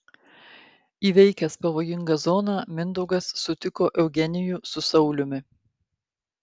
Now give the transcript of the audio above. įveikęs pavojingą zoną mindaugas sutiko eugenijų su sauliumi